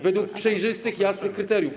Według przejrzystych, jasnych kryteriów.